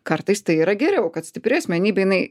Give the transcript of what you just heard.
kartais tai yra geriau kad stipri asmenybė jinai